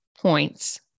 points